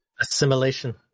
assimilation